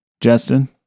justin